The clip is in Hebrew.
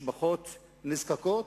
של משפחות נזקקות,